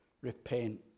repent